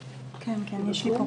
הגודלו.